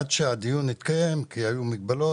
עד שהדיון התקיים כי היו מגבלות,